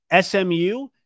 SMU